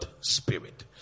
spirit